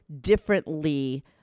differently